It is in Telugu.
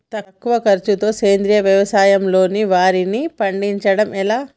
తక్కువ ఖర్చుతో సేంద్రీయ వ్యవసాయంలో వారిని పండించడం ఎలా?